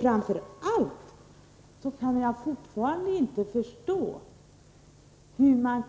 Framför allt kan jag fortfarande inte förstå hur man